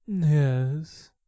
Yes